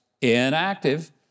inactive